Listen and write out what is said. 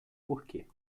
porque